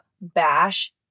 bash